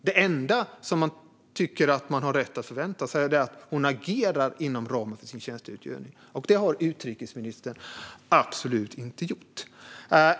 Det enda som jag tycker att man har rätt att förvänta sig är att utrikesministern agerar inom ramen för sin tjänsteutövning, men det har utrikesministern absolut inte gjort.